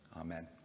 Amen